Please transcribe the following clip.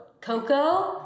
Coco